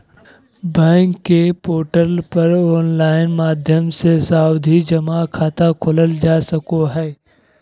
bank के portal पर online माध्यम से सावधि जमा खाता खोलल जा सको हय